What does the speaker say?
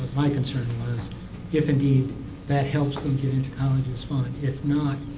my concern was if indeed that helps them get into college, it's fine. if not,